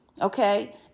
Okay